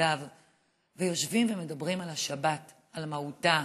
ויושבים ומדברים על השבת, על מהותה,